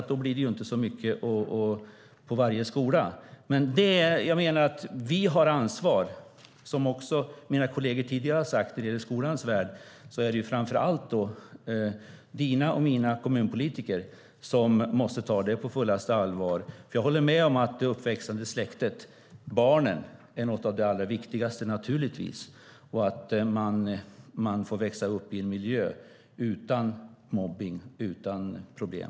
Då blir det inte så mycket på varje skola. Vi har ett ansvar. Precis som mina kolleger tidigare har sagt om skolans värld är det Mehmet Kaplans och mina kommunpolitiker som måste ta sitt ansvar på fullaste allvar. Jag håller naturligtvis med om att det uppväxande släktet - barnen - är något av det allra viktigaste. De ska få växa upp i en miljö utan mobbning och problem.